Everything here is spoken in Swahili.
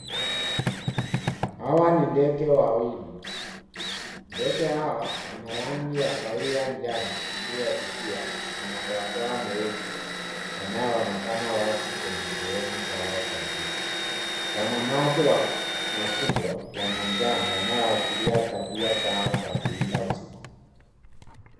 Hawa ni ndege wawili. Ndege hao wana rangi ya kahawia njano iliyofifia na madoadoa meusi yanayoonekana wazi kwenye sehemu zao za juu. Wana macho makubwa ya manjano yanayoashiria tabia zao za kuwinda usiku.